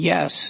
Yes